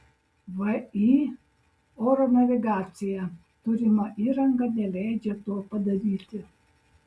vį oro navigacija turima įranga neleidžia to padaryti